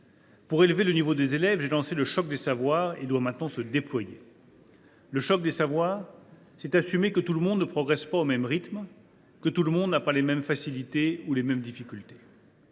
Pour élever le niveau des élèves, j’ai voulu un “choc des savoirs”, qui doit maintenant se déployer. Cela implique que nous assumions que tout le monde ne progresse pas au même rythme, que tout le monde n’a pas les mêmes facilités ou les mêmes difficultés.